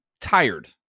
tired